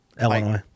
Illinois